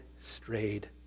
strayed